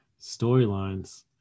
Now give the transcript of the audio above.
storylines